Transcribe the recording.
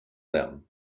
them